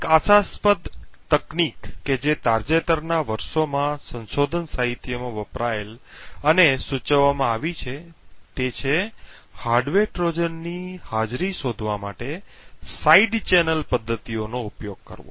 એક આશાસ્પદ તકનીક કે જે તાજેતરના વર્ષોમાં સંશોધન સાહિત્યમાં વપરાયેલ અને સૂચવવામાં આવી છે તે છે હાર્ડવેર ટ્રોજનની હાજરી શોધવા માટે સાઇડ ચેનલ પદ્ધતિઓનો ઉપયોગ કરવો